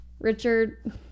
richard